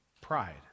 Pride